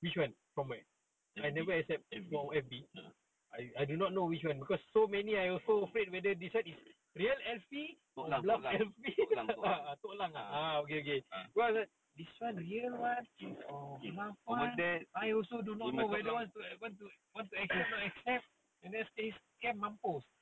F_B a'ah toklang